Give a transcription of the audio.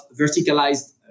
verticalized